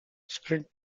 sprint